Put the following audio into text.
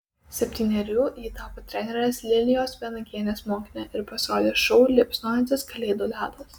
septynerių ji tapo trenerės lilijos vanagienės mokine ir pasirodė šou liepsnojantis kalėdų ledas